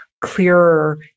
clearer